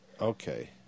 Okay